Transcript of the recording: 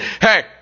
Hey